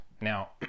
Now